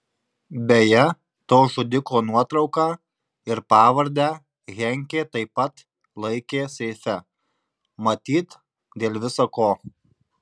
beje to žudiko nuotrauką ir pavardę henkė taip pat laikė seife matyt dėl visa ko